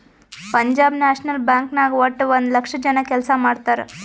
Punjab national bank ನಾಗ್ ವಟ್ಟ ಒಂದ್ ಲಕ್ಷ ಜನ ಕೆಲ್ಸಾ ಮಾಡ್ತಾರ್